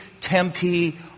Tempe